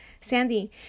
Sandy